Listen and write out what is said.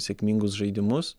sėkmingus žaidimus